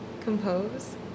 compose